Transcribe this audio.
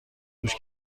گوش